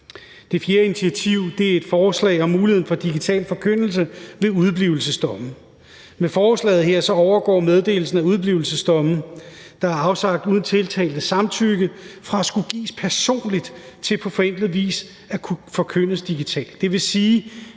Det fjerde initiativ er et forslag om mulighed for digital forkyndelse af udeblivelsesdomme. Med forslaget her overgår meddelelsen af udeblivelsesdomme, der er afsagt uden tiltaltes samtykke, fra at skulle gives personligt til på forenklet vis at kunne forkyndes digitalt.